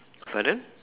pardon